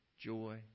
joy